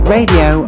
Radio